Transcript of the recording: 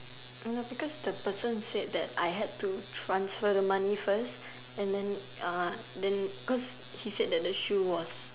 Ah because the person said that I had to transfer the money first and then Uh then cause he said the shoe was